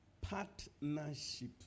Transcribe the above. Partnership